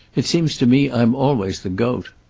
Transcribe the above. it seems to me i'm always the goat.